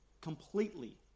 completely